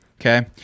Okay